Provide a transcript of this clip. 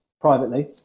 privately